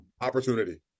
opportunity